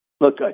look